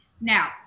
Now